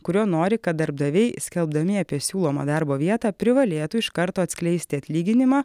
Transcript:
kuriuo nori kad darbdaviai skelbdami apie siūlomą darbo vietą privalėtų iš karto atskleisti atlyginimą